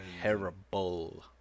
Terrible